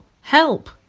Help